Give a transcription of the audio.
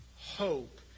hope